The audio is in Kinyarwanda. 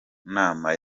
nama